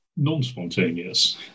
non-spontaneous